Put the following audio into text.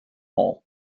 hull